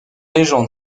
légende